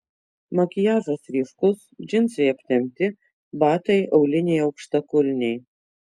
makiažas ryškus džinsai aptempti batai auliniai aukštakulniai